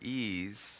ease